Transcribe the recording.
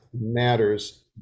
matters